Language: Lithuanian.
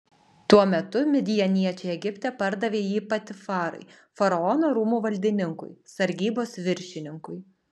tuo metu midjaniečiai egipte pardavė jį potifarui faraono rūmų valdininkui sargybos viršininkui